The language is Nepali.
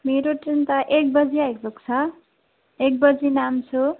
मेरो ट्रेन त एक बजी आइपुग्छ एक बजी नाम्छु